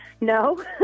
No